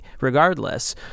regardless